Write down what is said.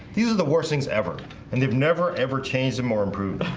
these are the worst things ever and they've never ever changed it more improved